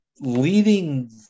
leading